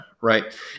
right